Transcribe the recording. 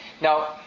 Now